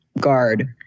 guard